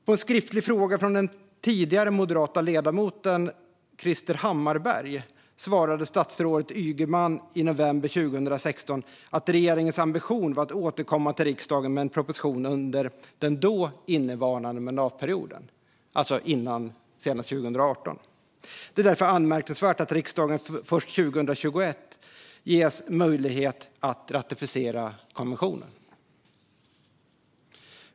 På en skriftlig fråga från den dåvarande moderata ledamoten Krister Hammarbergh svarade statsrådet Ygeman i november 2016 att regeringens ambition var att återkomma till riksdagen med en proposition under den då innevarande mandatperioden, det vill säga senast 2018. Det är därför anmärkningsvärt att riksdagen först 2021 ges möjlighet att ratificera konventionen.